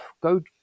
go